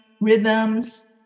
rhythms